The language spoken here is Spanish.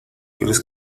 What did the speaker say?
crees